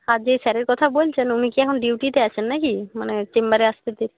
আর যেই স্যারের কথা বলছেন উনি কি এখন ডিউটিতে আছেন না কি মানে চেম্বারে আসতে দেরি